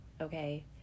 okay